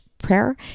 prayer